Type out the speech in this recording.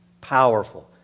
Powerful